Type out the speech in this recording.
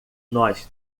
nós